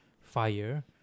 fire